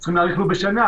צריך להאריך לו בשנה,